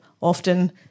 often